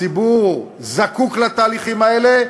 הציבור זקוק לתהליכים האלה,